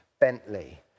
Bentley